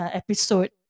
episode